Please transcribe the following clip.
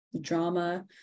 drama